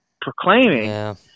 proclaiming